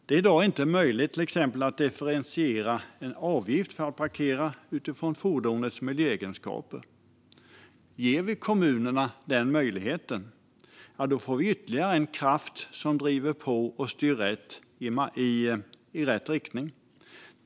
Det är i dag inte möjligt att till exempel differentiera en avgift för att parkera utifrån fordonets miljöegenskaper. Om vi ger kommunerna den möjligheten får vi ytterligare en kraft som driver på och styr i rätt riktning.